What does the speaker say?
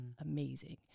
amazing